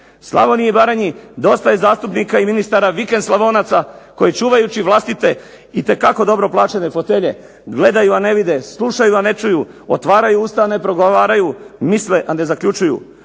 Slavoniji i Baranji dosta je zastupnika i ministara vikend Slavonaca koji čuvajući vlastite itekako dobro plaćene fotelje gledaju a ne vide, slušaju a ne čuju, otvaraju usta a ne progovaraju, misle a ne zaključuju.